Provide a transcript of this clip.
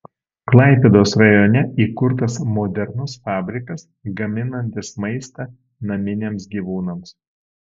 klaipėdos rajone įkurtas modernus fabrikas gaminantis maistą naminiams gyvūnams